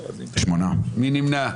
מי נמנע?